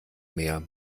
meer